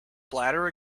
bladder